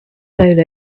solo